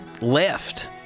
left